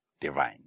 divine